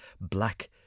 Black